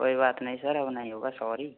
कोई बात नहीं सर अब नहीं होगा सॉरी